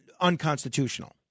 unconstitutional